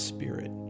Spirit